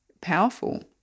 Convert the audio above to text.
powerful